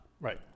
Right